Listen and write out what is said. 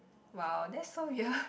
!wow! that's so weird